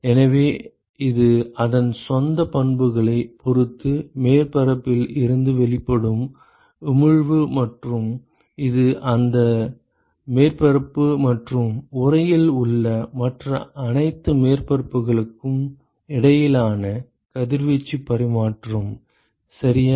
எனவே இது அதன் சொந்த பண்புகளைப் பொறுத்து மேற்பரப்பில் இருந்து வெளிப்படும் உமிழ்வு மற்றும் இது அந்த மேற்பரப்பு மற்றும் உறையில் உள்ள மற்ற அனைத்து மேற்பரப்புகளுக்கும் இடையிலான கதிர்வீச்சு பரிமாற்றம் சரியா